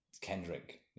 Kendrick